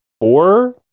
four